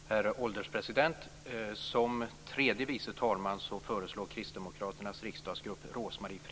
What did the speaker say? Herr ålderspresident! Som tredje vice talman föreslår Kristdemokraternas riksdagsgrupp Rose-Marie